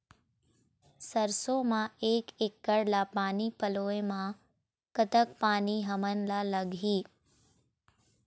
सरसों म एक एकड़ ला पानी पलोए म कतक पानी हमन ला लगही?